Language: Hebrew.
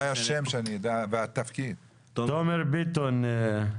תומר ביטון,